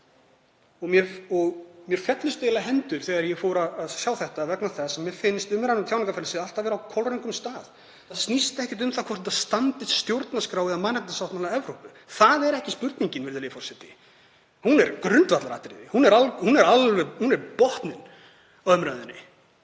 Mér féllust eiginlega hendur þegar ég fór að sjá þetta vegna þess að mér finnst umræðan um tjáningarfrelsið alltaf vera á kolröngum stað. Þetta snýst ekki um það hvort þetta standist stjórnarskrá eða mannréttindasáttmála Evrópu. Það er ekki spurningin, virðulegi forseti. Hún er grundvallaratriði, hún er botninn á umræðunni.